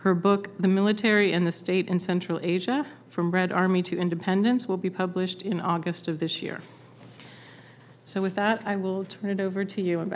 her book the military in the state and central asia from red army to independents will be published in august of this year so with that i will turn it over to you a